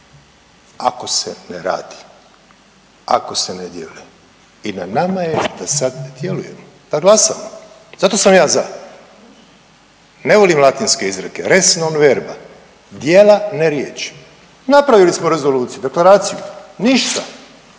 ako se ne radi, ako se ne dijeli i na nama je da sad djelujemo, da glasamo, zato sam ja za, ne volim latinske izreke „res non verba“, djela ne riječi. Napravili smo rezoluciju i deklaraciju, ništa,